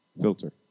Filter